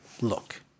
look